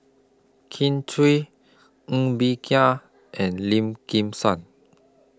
Kin Chui Ng Bee Kia and Lim Kim San